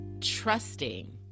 trusting